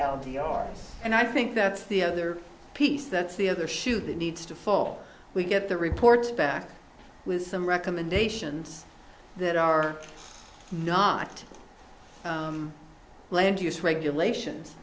r and i think that's the other piece that's the other shoe that needs to fall we get the reports back with some recommendations that are not land use regulations